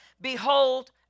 behold